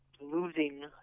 losing